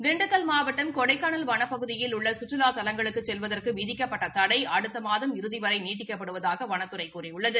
தின்டுக்கல் மாவட்டம் கொடைக்னளல் வனப்பகுதியில் உள்ள கற்றுலா தலங்களுக்கு செல்வதற்கு விதிக்கப்பட்ட தடை அடுத்த மாதம் இறுதி வரை நீட்டிக்கப்படுவதாக வனத்துறை கூறியுள்ளது